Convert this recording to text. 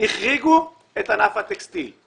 החריגו את ענף הטקסטיל.